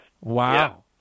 Wow